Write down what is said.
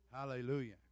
Hallelujah